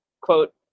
quote